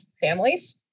families